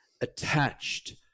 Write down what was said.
attached